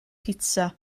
pitsa